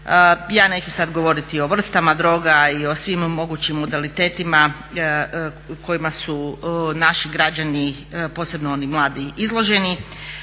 Ja neću sad govoriti o vrstama droga i o svim mogućim modalitetima kojima su naši građani posebno oni mladi izloženi.